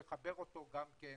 לחבר אותו גם כן